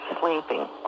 sleeping